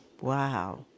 Wow